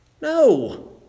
No